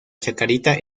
chacarita